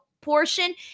portion